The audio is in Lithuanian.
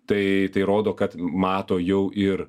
tai tai rodo kad mato jau ir